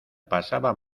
pasaba